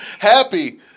happy